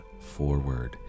forward